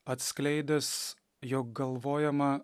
atskleidęs jog galvojama